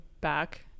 back